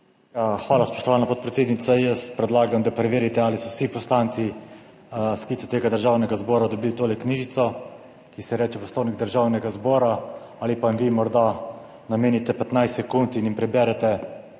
Hvala, spoštovana podpredsednica. Jaz predlagam, da preverite, ali so vsi poslanci sklica tega državnega zbora dobili to knjižico, ki se ji reče Poslovnik Državnega zbora, ali pa jim vi morda namenite 15 sekund in jim preberete